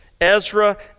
Ezra